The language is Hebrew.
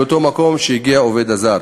מאותו מקום שהגיע העובד הזר.